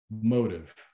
motive